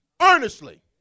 earnestly